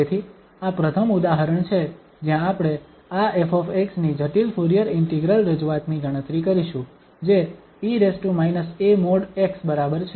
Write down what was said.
તેથી આ પ્રથમ ઉદાહરણ છે જ્યાં આપણે આ ƒ ની જટિલ ફુરીયર ઇન્ટિગ્રલ રજૂઆત ની ગણતરી કરીશું જે e a|x| બરાબર છે